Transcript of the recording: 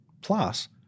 Plus